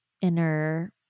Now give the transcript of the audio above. inner